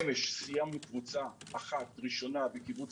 אמש סיימנו עם קבוצה ראשונה בקיבוץ